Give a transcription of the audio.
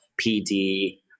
PD